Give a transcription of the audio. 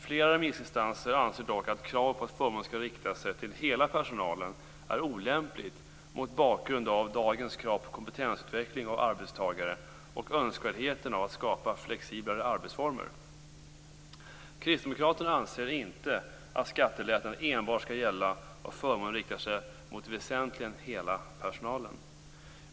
Flera remissinstanser anser dock att kravet på att förmånen skall rikta sig till hela personalen är olämpligt mot bakgrund av dagens krav på kompetensutveckling av arbetstagare och önskvärdheten att skapa flexiblare arbetsformer. Kristdemokraterna anser inte att skattelättnaden enbart skall gälla om förmånen riktar sig mot väsentligen hela personalen.